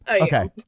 okay